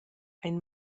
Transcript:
ein